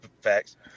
facts